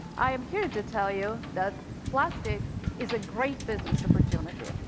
i am here to tell you that plastic is a great business opportunity.